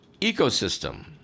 ecosystem